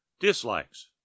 Dislikes